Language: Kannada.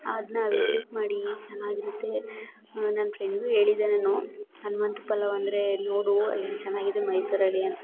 ಅದನ್ನ ವಿಸಿಟ್ ಮಾಡಿ ಚೆನ್ನಾಗಿರುತ್ತೆ ನನ್ನ ಫ್ರೆಂಡಿಗು ಹೇಳಿದ್ದೆ ನಾನು ಹನುಮಂತು ಪಲಾವ್ ಅಂದರೆ ನೋಡು ಅಲ್ಲಿ ಚೆನ್ನಾಗಿದೆ ಮೈಸೂರಲ್ಲಿ ಅಂತ